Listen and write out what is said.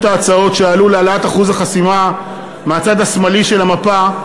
ההצעות להעלאת אחוז החסימה שעלו מהצד השמאלי של המפה,